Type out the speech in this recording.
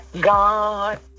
God